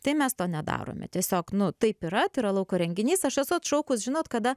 tai mes to nedarome tiesiog nu taip yra tai yra lauko renginys aš esu atšaukus žinot kada